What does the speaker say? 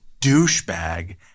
douchebag